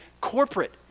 corporate